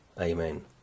amen